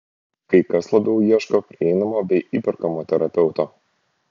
kai kas labiau ieško prieinamo bei įperkamo terapeuto